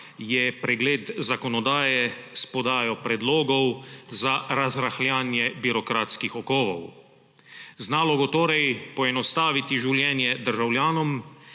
je pregled zakonodaje s podajo predlogov za razrahljanje birokratskih okovov. Znalo bo torej poenostaviti življenje državljanom